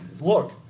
look